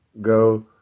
go